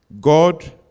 God